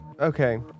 okay